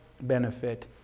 benefit